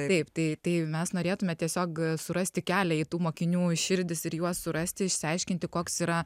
taip tai tai jau mes norėtume tiesiog surasti kelią į tų mokinių širdis ir juos surasti išsiaiškinti koks yra